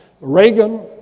Reagan